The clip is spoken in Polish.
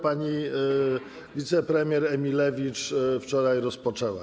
Pani wicepremier Emilewicz wczoraj ją rozpoczęła.